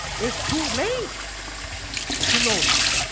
it's too late to notice,